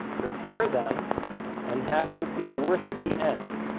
repair them and have them feel worse at the en.